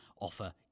offer